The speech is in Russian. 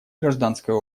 гражданское